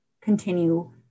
continue